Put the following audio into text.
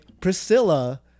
Priscilla